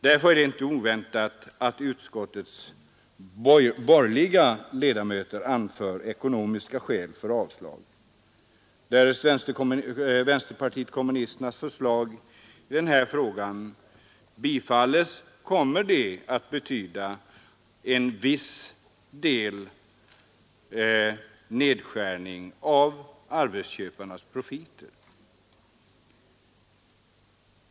Därför är det inte oväntat att utskottets borgerliga ledamöter anför ekonomiska skäl för sitt avslagsyrkande; om vänsterpartiet kommunisternas förslag i denna fråga bifalls kommer det att betyda en viss nedskärning av arbetsköparnas profiter.